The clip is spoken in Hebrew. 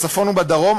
בצפון ובדרום,